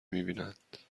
میبینند